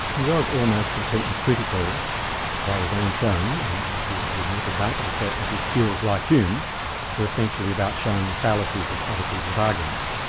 he was almost completely critical by his own showing and yeah he and he admitted that, and felt that his skills, like hume's were essentially about showing the fallacies of other people's arguments.